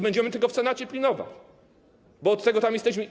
Będziemy tego w Senacie pilnować, bo od tego tam jesteśmy.